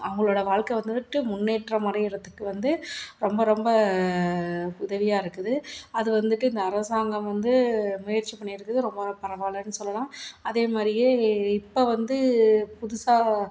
அவங்களோட வாழ்க்க வந்துட்டு முன்னேற்றம் அடைகிறத்துக்கு வந்து ரொம்ப ரொம்ப உதவியாக இருக்குது அது வந்துட்டு இந்த அரசாங்கம் வந்து முயற்சி பண்ணி இருக்குது ரொம்ப பரவாயில்லன்னு சொல்லலாம் அதே மாதிரியே இப்போ வந்து புதுசாக